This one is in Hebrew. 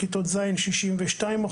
כיתות ז' 62%,